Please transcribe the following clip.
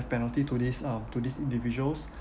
penalty to these um to these individuals